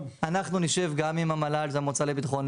אין מנגנון היום סדור שמדינת ישראל רוכשת ביטוח עבור מישהו,